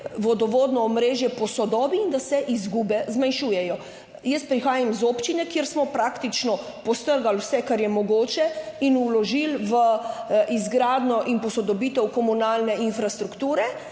vodovodno omrežje posodobi in da se izgube zmanjšujejo. Jaz prihajam iz občine, kjer smo praktično postrgali vse, kar je mogoče in vložili v izgradnjo in posodobitev komunalne infrastrukture,